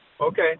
Okay